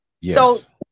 Yes